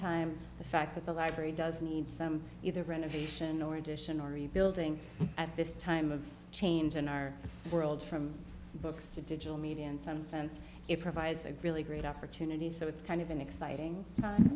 time the fact that the library does need some either renovation or addition or rebuilding at this time of change in our world from books to digital media in some sense it provides a really great opportunity so it's kind of an exciting